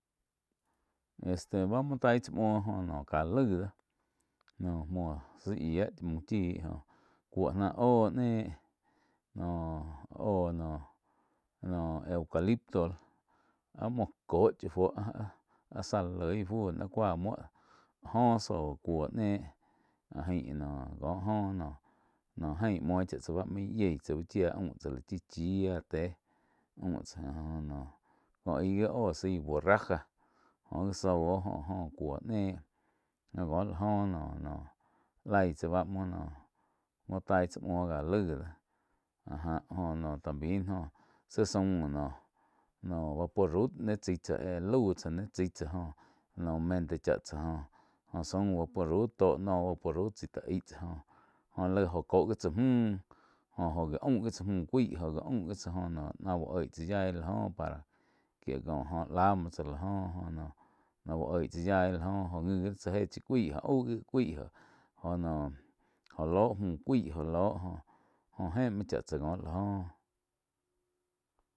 Este bá muo taig tsá muo oh noh cá laig doh nóh muo zah yía muh chi joh cuo nah óh néh noh óh noh, noh eucalipto áh muo kó chá fuo áh záh li loi áh cúa muo áh joh zóh cuo néh noh có áh joh noh, noh ein muo chá tsáh main yíei chá uh chía aum tsá lá chi chía téh aum tsá jo noh có aih gi áh óh zaí borraja oh gi zóh óh áh góh cúo néh cóh la joh noh-noh laig tsá báh muo noh. Taig tsáh muo ká laig do áh já oh noh también jóh zí zaum noh-noh vá puo rau ni chái tsá éh lau tsáh ni chái tsá joh noh mente chá tsáh joh zaum vaporup tó nooh vápurup chái tá aig tsá joh laig óh cóh gi tsá múh. Jo-jo oh gi aum gi tsáh múh cuáig jóh aum gi tsá náh úh oig tsáh yái la joh para jie ko jóh lá muo tsá la joh oh noh ná uh oig tsá yaí óh ngi gi tsá éh chí cuaí óh aúg gi cuái jó noh jó lóh múh cuái jó ló joh jó éh muo chá tsá có áh jóh.